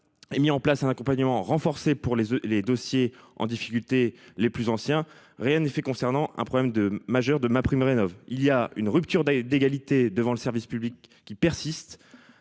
Et mis en place un accompagnement renforcé pour les les dossiers en difficulté les plus anciens, rien n'est fait concernant un problème de majeur de MaPrimeRénov'. Il y a une rupture des d'égalité devant le service public qui persiste